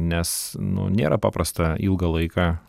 nes nu nėra paprasta ilgą laiką